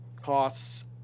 costs